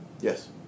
Yes